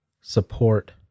support